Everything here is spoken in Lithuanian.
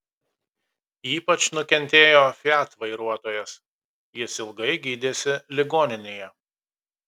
ypač nukentėjo fiat vairuotojas jis ilgai gydėsi ligoninėje